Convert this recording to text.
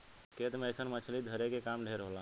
खेत मे अइसन मछली धरे के काम ढेर होला